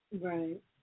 right